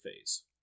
phase